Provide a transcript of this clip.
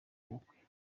ubukwe